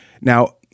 Now